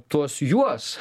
tuos juos